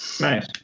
nice